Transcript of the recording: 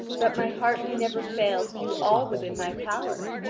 that my heart may never fail to do all within my power.